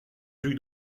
duc